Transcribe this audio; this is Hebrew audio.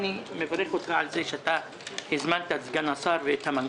אני מברך אותך על כך שהזמנת את סגן השר ואת המנכ"ל.